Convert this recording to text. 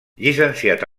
llicenciat